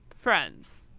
friends